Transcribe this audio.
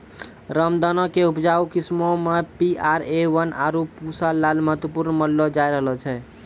रामदाना के उपजाऊ किस्मो मे पी.आर.ए वन, आरु पूसा लाल महत्वपूर्ण मानलो जाय रहलो छै